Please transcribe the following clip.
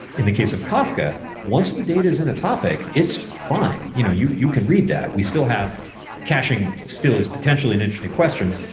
in the case of kafka, once the data is in a topic, it's fine. you know you you can read that. we still have caching still is potentially an interesting question.